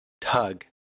Tug